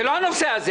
זה לא הנושא הזה.